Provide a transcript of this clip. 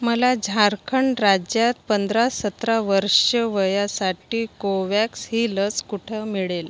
मला झारखंड राज्यात पंधरा सतरा वर्ष वयासाठी कोवॅक्स ही लस कुठं मिळेल